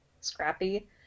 scrappy